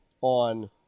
on –